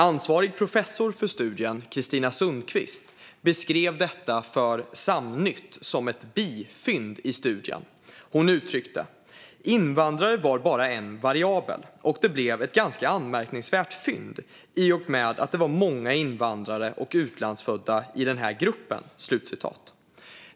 Ansvarig professor för studien, Kristina Sundquist, beskrev detta för Samnytt som ett bifynd i studien. Hon uttryckte sig så här: "Invandrare var bara en variabel, och det blev ett ganska anmärkningsvärt fynd i och med det var många invandrare och utlandsfödda i den här gruppen."